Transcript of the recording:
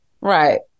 Right